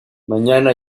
mañana